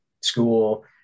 school